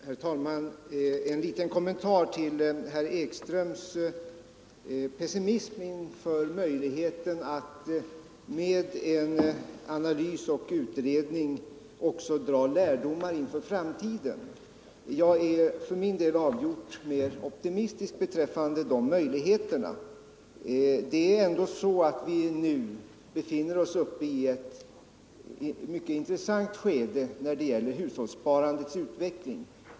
Herr talman! Jag vill göra en liten kommentar till herr Ekströms inlägg som präglades av pessimism inför möjligheten att genom analys och utredning också dra lärdomar för framtiden. Jag är för min del avgjort optimistisk beträffande möjligheterna härvidlag. Det är ändå så att vi nu befinner oss i ett mycket intressant skede när det gäller hushållssparandets utveckling.